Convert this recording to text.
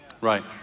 Right